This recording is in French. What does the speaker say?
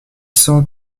cent